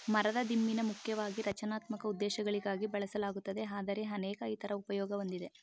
ಮರದ ದಿಮ್ಮಿನ ಮುಖ್ಯವಾಗಿ ರಚನಾತ್ಮಕ ಉದ್ದೇಶಗಳಿಗಾಗಿ ಬಳಸಲಾಗುತ್ತದೆ ಆದರೆ ಅನೇಕ ಇತರ ಉಪಯೋಗ ಹೊಂದಿದೆ